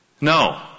No